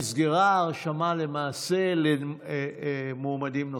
נסגרה ההרשמה למעשה למועמדים נוספים,